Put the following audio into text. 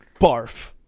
barf